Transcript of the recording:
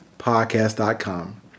podcast.com